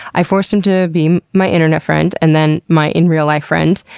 i forced him to be my internet friend and then my in-real-life friend.